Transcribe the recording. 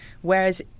whereas